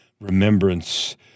remembrance